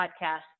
podcast